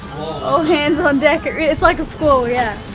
all hands on deck. ah it's like a squall, yeah.